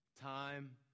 Time